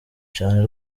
cane